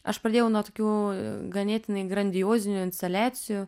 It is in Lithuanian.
aš pradėjau nuo tokių ganėtinai grandiozinių instaliacijų